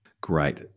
Great